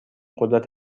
قدرت